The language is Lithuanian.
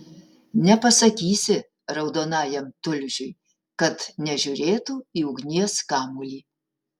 nepasakysi raudonajam tulžiui kad nežiūrėtų į ugnies kamuolį